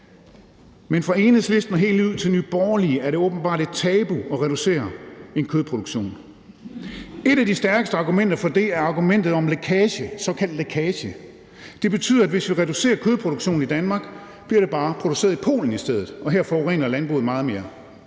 men fra Enhedslisten og helt ud til Nye Borgerlige er det åbenbart et tabu at reducere kødproduktionen. Et af de stærkeste argumenter her er argumentet om såkaldt lækage. Det betyder, at hvis vi reducerer kødproduktionen i Danmark, bliver det bare produceret i Polen i stedet, og her forurener landbruget meget mere.